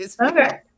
Okay